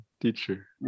teacher